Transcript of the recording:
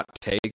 take